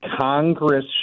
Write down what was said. Congress